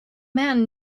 man